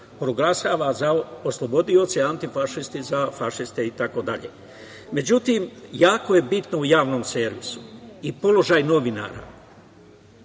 proglašava za oslobodioce, antifašisti za fašiste, itd.Međutim, jako je bitan u Javnom servisu i položaj novinara.